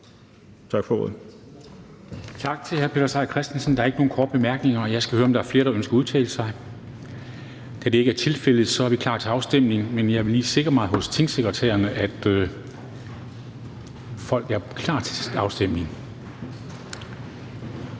Tak for ordet.